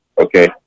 Okay